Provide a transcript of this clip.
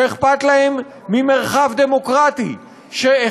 שאכפת להם ממרחב דמוקרטי תודה.